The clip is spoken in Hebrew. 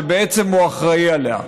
שבעצם הוא אחראי לה.